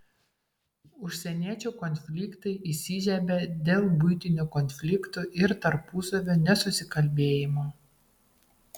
užsieniečių konfliktai įsižiebia dėl buitinių konfliktų ir tarpusavio nesusikalbėjimo